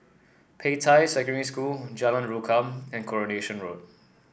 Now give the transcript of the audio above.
Peicai Secondary School Jalan Rukam and Coronation Road